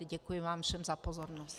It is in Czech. Děkuji vám všem za pozornost.